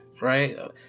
right